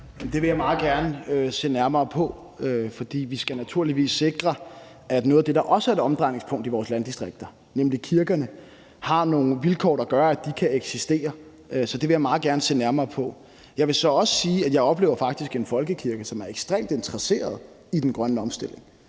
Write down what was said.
vil jeg meget gerne se nærmere på, for vi skal naturligvis sikre, at noget af det, der også er et omdrejningspunkt i vores landdistrikter, nemlig kirkerne, har nogle vilkår, der gør, at de kan eksistere. Så det vil jeg meget gerne se nærmere på. Jeg vil så også sige, at jeg faktisk oplever en folkekirke, som er ekstremt interesseret i den grønne omstilling,